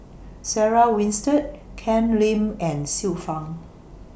Sarah Winstedt Ken Lim and Xiu Fang